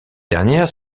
dernière